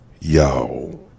Yo